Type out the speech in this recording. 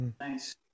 Nice